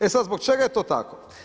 E sada, zbog čega je to tako?